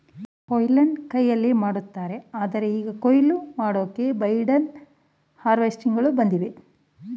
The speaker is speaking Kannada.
ಕೊಯ್ಲನ್ನ ಕೈಯಲ್ಲಿ ಮಾಡ್ತಾರೆ ಆದ್ರೆ ಈಗ ಕುಯ್ಲು ಮಾಡೋಕೆ ಕಂಬೈನ್ಡ್ ಹಾರ್ವೆಸ್ಟರ್ಗಳು ಬಂದಿವೆ